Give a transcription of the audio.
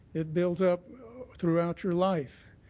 it builds up throughout your life.